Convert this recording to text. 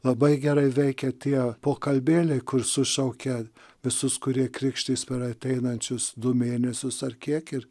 labai gerai veikia tie pokalbėliai kur sušaukia visus kurie krikštys per ateinančius du mėnesius ar kiek ir